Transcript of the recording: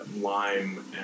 lime